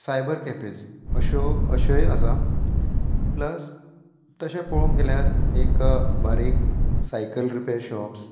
cyber cafes अश्यो अश्योय आसा प्लस तशें पळोवंक गेल्यार एक बारीक सायकल रिपेर शॉप्स